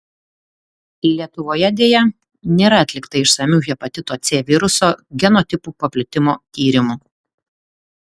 lietuvoje deja nėra atlikta išsamių hepatito c viruso genotipų paplitimo tyrimų